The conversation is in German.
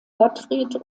gottfried